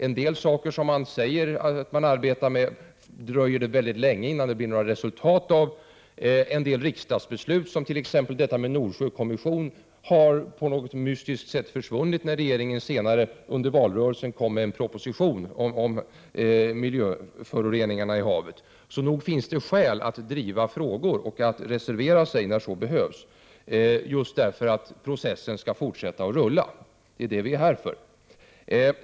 En del saker som regeringen säger att den arbetar med dröjer det mycket länge innan det blir resultat av. En del riksdagsbeslut, som detta om Nordsjökommissionen, har på något mystiskt sätt försvunnit när regeringen senare under valrörelsen kommer med en proposition om miljöföroreningarna i havet. Nog finns det skäl att driva frågor och att reservera sig när så behövs, just för att processen skall fortsätta att rulla. Det är det som vi är här för.